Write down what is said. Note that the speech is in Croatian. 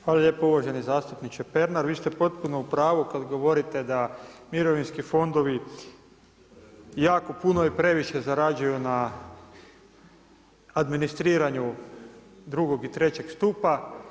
Hvala lijepo uvaženi zastupniče Pernar, vi ste potpuno u pravu kad govorite da mirovinski fondovi jako puno i previše zarađuju na administriranju drugog i trećeg stupa.